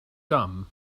dumb